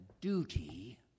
duty